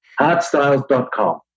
heartstyles.com